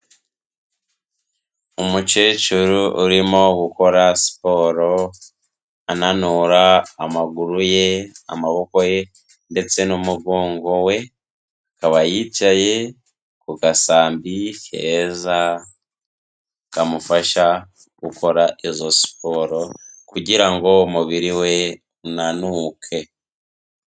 Umukecuru urimo gukora siporo ananura amaguru ye, amaboko ye ndetse n'umugongo we, akaba yicaye ku gasambi keza kamufasha gukora izo siporo kugira ngo umubiri we unanuke.